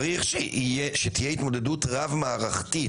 צריך שתהיה התמודדות רב-מערכתית.